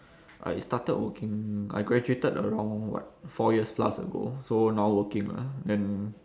I started working I graduated around like four years plus ago so now working lah then